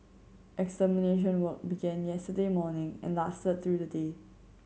extermination work begin yesterday morning and lasted through the day